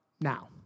now